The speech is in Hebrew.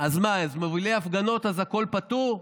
אז מה, אז מובילי הפגנות, אז הכול פטור?